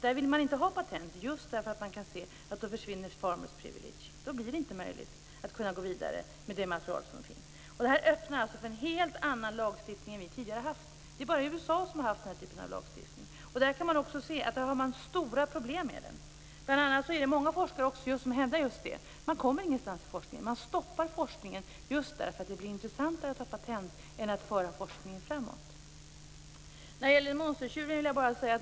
Där vill man inte ha patent just därför att farmer's privilege i så fall försvinner, och att det inte blir möjligt att gå vidare med det material som finns. Detta öppnar för en helt annan lagstiftning än vad vi tidigare har haft. Det är bara i USA som man har haft den här typen av lagstiftning, och där har man också haft stora problem med den. Bl.a. hävdar många forskare att de inte kommer någonstans i forskningen. Detta stoppar forskningen i och med att det blir intressantare att ta patent än att föra forskningen framåt.